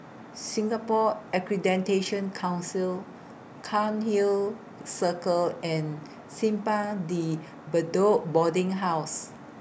Singapore Accreditation Council Cairnhill Circle and Simpang De Bedok Boarding House